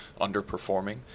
underperforming